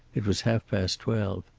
it was half past twelve.